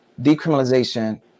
decriminalization